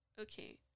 Okay